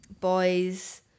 Boys